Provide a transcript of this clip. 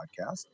podcast